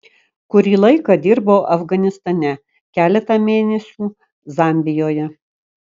kurį laiką dirbau afganistane keletą mėnesių zambijoje